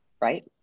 right